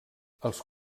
els